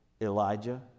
Elijah